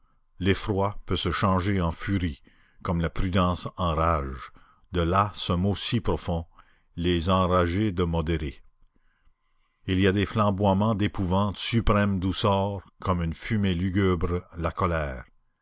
l'effroi peut se changer en furie comme la prudence en rage de là ce mot si profond les enragés de modérés il y a des flamboiements d'épouvante suprême d'où sort comme une fumée lugubre la colère